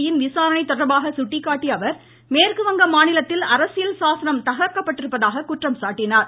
யின் விசாரணை தொடர்பாக சுட்டிக்காட்டிய அவர் மேற்குவங்க மாநிலத்தில் அரசியல் சாசனம் தகர்க்கப்பட்டிருப்பதாக குற்றம் சாட்டினார்